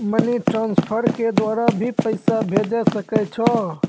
Money transfer के द्वारा भी पैसा भेजै सकै छौ?